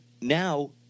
now